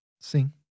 sim